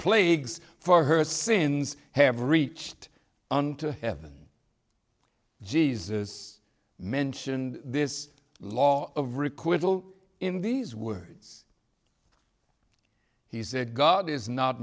plagues for her sins have reached on to heaven jesus mentioned this law of requip will in these words he said god is not